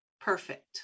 Perfect